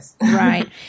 Right